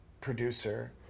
producer